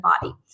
body